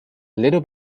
little